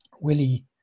Willie